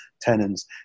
tenons